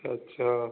अच्छा अच्छा